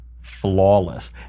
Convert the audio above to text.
flawless